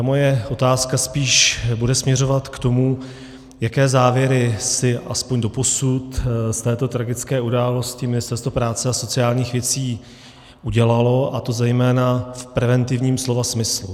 Moje otázka spíš bude směřovat k tomu, jaké závěry si alespoň doposud z této tragické události Ministerstvo práce a sociálních věcí udělalo, a to zejména v preventivním slova smyslu.